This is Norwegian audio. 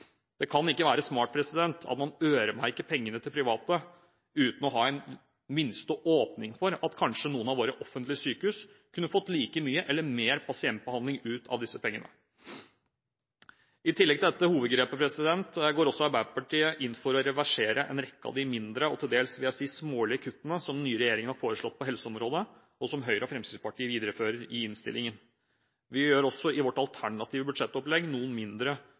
Det kan ikke være smart at man øremerker pengene til private, uten å ha den minste åpning for at noen av våre offentlige sykehus kanskje kunne fått like mye eller mer pasientbehandling ut av disse pengene. I tillegg til dette hovedgrepet, går også Arbeiderpartiet inn for å reversere en rekke av de mindre, og til dels smålige, kuttene som den nye regjeringen har foreslått på helseområdet, og som Høyre og Fremskrittspartiet viderefører i innstillingen. Vi gjør også i vårt alternative budsjettopplegg noen mindre